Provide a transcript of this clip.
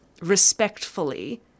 respectfully